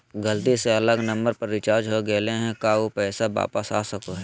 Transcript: गलती से अलग नंबर पर रिचार्ज हो गेलै है का ऊ पैसा वापस आ सको है?